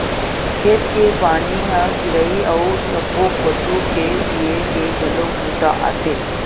खेत के पानी ह चिरई अउ सब्बो पसु के पीए के घलोक बूता आथे